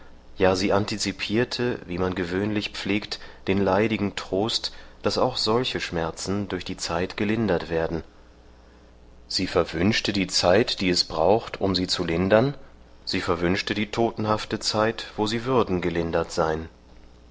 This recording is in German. ja sie antizipierte wie man gewöhnlich pflegt den leidigen trost daß auch solche schmerzen durch die zeit gelindert werden sie verwünschte die zeit die es braucht um sie zu lindern sie verwünschte die totenhafte zeit wo sie würden gelindert sein